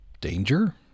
danger